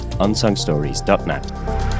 unsungstories.net